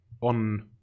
on